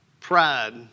pride